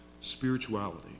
spirituality